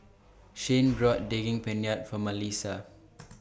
Shyann bought Daging Penyet For Malissa